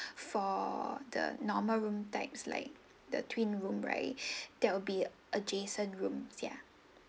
for the normal room types like the twin room right that will be adjacent room ya